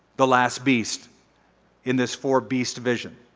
the last beast in this for beast vision.